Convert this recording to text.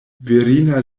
virina